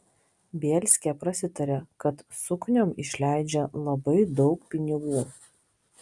bielskė prasitarė kad sukniom išleidžia labai daug pinigų